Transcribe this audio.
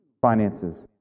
finances